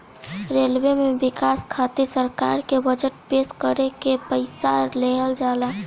railway में बिकास खातिर सरकार के बजट पेश करके पईसा लेहल जाला